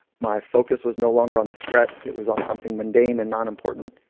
my focus was no longer on the threat. it was on something mundane and non important.